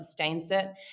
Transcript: Sustainsit